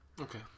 Okay